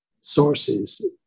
sources